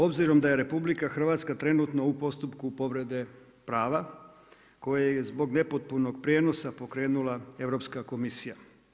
Obzirom da je RH, trenutno u postupku povrede prava, koje je zbog nepotpunog prijenosa pokrenula Europska komisija.